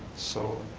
so